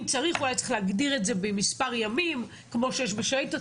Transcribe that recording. אם צריך הוא היה צריך להגדיר את זה במספר ימים כמו שיש בשאילתות,